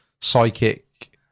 psychic